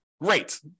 great